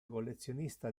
collezionista